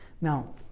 Now